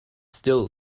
still